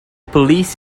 police